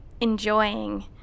enjoying